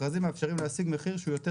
מכרזים מאפשרים להשיג מחיר שהוא יותר